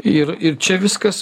ir ir čia viskas